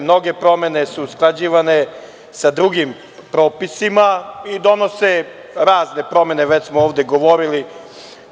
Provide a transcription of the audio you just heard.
Mnoge promene su usklađivane sa drugim propisima i donose razne promene, već smo ovde govorili o tome.